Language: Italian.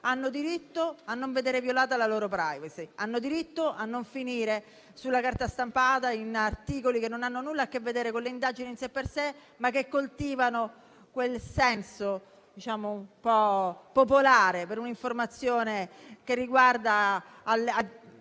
hanno diritto a non vedere violata la loro *privacy*; hanno diritto a non finire sulla carta stampata in articoli che nulla hanno a che vedere con le indagini in sé per sé, ma che coltivano quel senso un po' popolare per un'informazione che riguarda